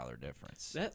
difference